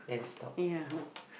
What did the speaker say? ya